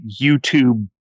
YouTube